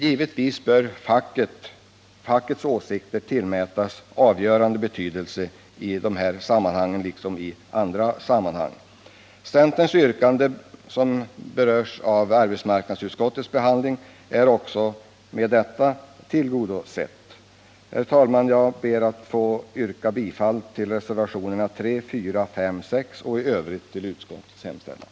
Givetvis bör fackets åsikter tillmätas avgörande betydelse i dessa liksom i andra sammanhang. Det yrkande som i det avseendet framförts från centerns sida är därmed tillgodosett. Herr talman! Jag ber att få yrka bifall till reservationerna 3,4, 5 och 6 och i övrigt bifall till utskottets hemställan.